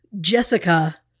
Jessica